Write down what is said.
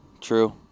true